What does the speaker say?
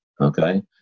okay